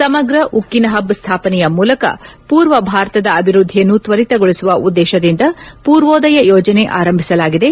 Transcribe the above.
ಸಮಗ್ರ ಉಕ್ಕಿನ ಹಬ್ ಸ್ವಾಪನೆಯ ಮೂಲಕ ಪೂರ್ವ ಭಾರತದ ಅಭಿವೃದ್ದಿಯನ್ನು ತ್ವರಿತಗೊಳಿಸುವ ಉದ್ದೇಶದಿಂದ ಪೂರ್ವೋದಯ ಯೋಜನೆ ಆರಂಭಿಸಲಾಗಿದೆ